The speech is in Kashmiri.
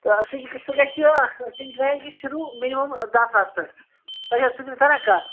تہٕ سُہ چھُ سُہ گژھِ یہِ تِمچ رینٛج چھِ شروٗع مِنِمَم دَہ ساس پٮ۪ٹھ تۄہہِ چھَوا حظ فِکرِ تَران کتھ